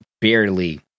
barely